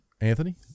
Anthony